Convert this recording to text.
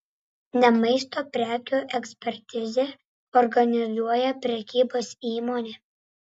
ne maisto prekių ekspertizę organizuoja prekybos įmonė